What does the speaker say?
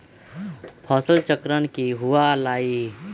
फसल चक्रण की हुआ लाई?